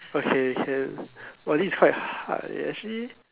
okay can !wah! this is quite hard leh actually